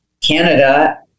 Canada